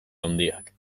handiak